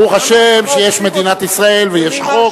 ברוך השם שיש מדינת ישראל ויש חוק.